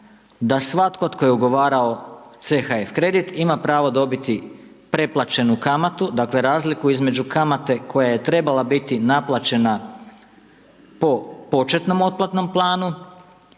da svatko tko je ugovarao CHF kredit ima pravo dobiti preplaćenu kamatu, dakle, razliku između kamate koja je trebala biti naplaćena po početnom otplatnom planu